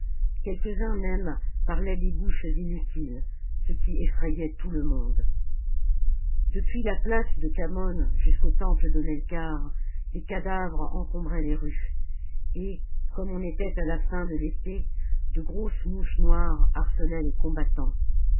quelques-uns même parlaient des bouches inutiles ce qui effrayait tout le monde depuis la place de khamon jusqu'au temple de meikarth des cadavres encombraient les rues et comme on était à la fin de l'été de grosses mouches noires harcelaient les combattants